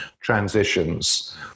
transitions